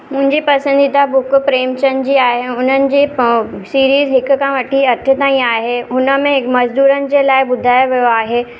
मुंहिंजे पसंदीदा बुक प्रेमचंद जी आहे हुननि जे प सीरीज़ हिकु खां वठी अठ ताईं आहे हुनमें मज़दूरनि जे लाइ ॿुधाय वियो आहे